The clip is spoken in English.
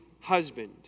husband